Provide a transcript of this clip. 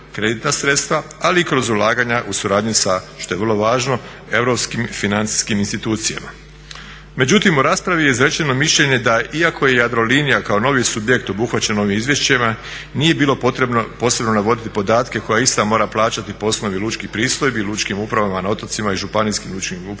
ali i kroz ulaganja u suradnji sa što je vrlo važno europskim financijskim institucijama. Međutim u raspravi je izrečeno mišljenje da je iako je Jadrolinija kao novi subjekt obuhvaćen ovim izvješćima nije bilo potrebno posebno navoditi podatke koja ista mora plaćati po osnovi lučkih pristojbi lučkim upravama na otocima i županijskim lučkim upravama